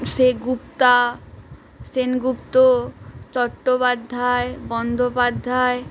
Sengupta Sengupta Chattopadhyay Bandopadhyay